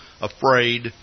afraid